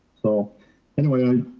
so anyway,